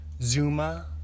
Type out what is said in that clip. Zuma